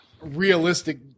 realistic